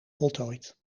voltooid